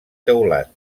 teulat